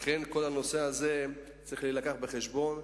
ולכן הנושא הזה צריך להילקח בחשבון.